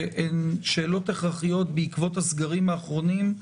שהן שאלות הכרחיות בעקבות הסגרים האחרונים,